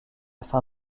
fin